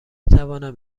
توانم